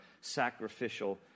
sacrificial